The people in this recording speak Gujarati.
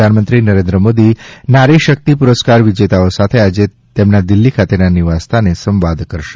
પ્રધાનમંત્રી નરેન્દ્ર મોદી નારીશક્તિ પુરસ્કાર વિજેતાઓ સાથે આજે તેમના દિલ્હી ખાતેના નિવાસસ્થાને સંવાદ કરશે